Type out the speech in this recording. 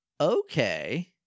Okay